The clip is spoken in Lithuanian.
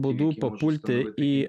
būdu papulti į